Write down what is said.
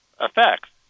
effects